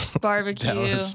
barbecue